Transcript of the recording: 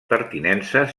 pertinences